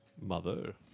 Mother